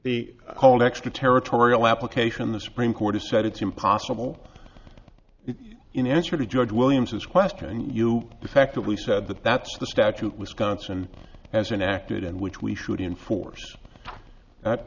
the whole extraterritorial application the supreme court has said it's impossible in answer to george williams's question you defectively said that that's the statute wisconsin has enacted and which we should enforce that